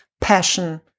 passion